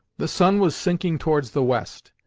the sun was sinking towards the west,